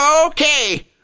Okay